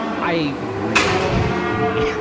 i really hate indiana,